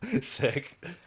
Sick